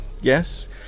yes